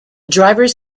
drivers